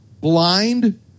blind